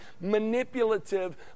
manipulative